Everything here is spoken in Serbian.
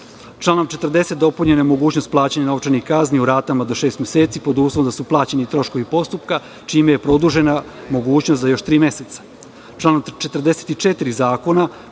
lica. Članom 40. dopunjena je mogućnost plaćanja novčanih kazni u ratama do šest meseci, pod uslovom da su plaćeni troškovi postupka, čime je produžena mogućnost za još tri meseca. Članom 44. zakona,